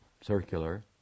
circular